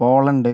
Poland